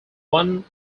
one